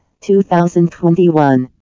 2021